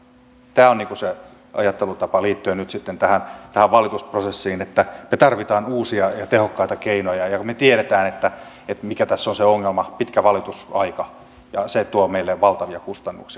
tämä on se ajattelutapa liittyen nyt sitten tähän valitusprosessiin että me tarvitsemme uusia ja tehokkaita keinoja ja me tiedämme mikä tässä on se ongelma pitkä valitusaika ja se tuo meille valtavia kustannuksia